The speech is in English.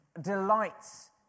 delights